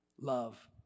love